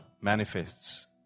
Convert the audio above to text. manifests